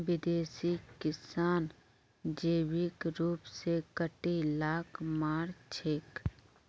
विदेशी किसान जैविक रूप स कीट लाक मार छेक